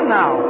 now